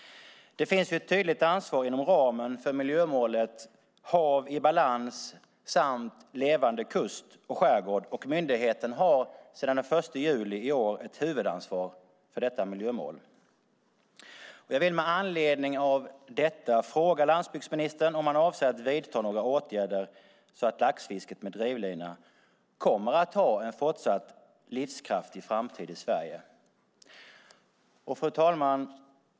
Det finns ju ett tydligt ansvar inom ramen för miljömålet Hav i balans samt levande kust och skärgård, och myndigheten har sedan den 1 juli i år ett huvudansvar för detta miljömål. Jag vill med anledning av detta fråga landsbygdsministern om han avser att vidta några åtgärder så att laxfisket med drivlina kommer att ha en fortsatt livskraftig framtid i Sverige. Fru talman!